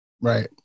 Right